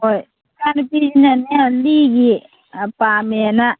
ꯍꯣꯏ ꯏꯆꯥ ꯅꯨꯄꯤꯁꯤꯅꯅꯦ ꯂꯤꯒꯤ ꯄꯥꯝꯃꯦꯅ